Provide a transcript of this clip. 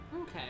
Okay